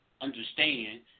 understand